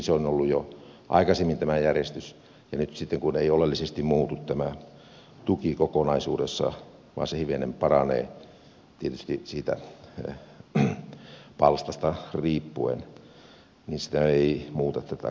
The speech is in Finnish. se on ollut jo aikaisemmin tämä järjestys ja nyt sitten kun ei oleellisesti muutu tämä tuki kokonaisuudessa vaan se hivenen paranee tietysti riippuen siitä palstasta se ei muuta tätä kokonaisuutta